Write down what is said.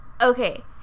Okay